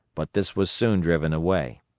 but this was soon driven away.